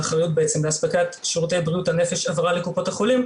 האחריות לאספקת שירותי בריאות הנפש עברה לקופות החולים,